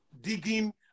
digging